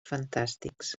fantàstics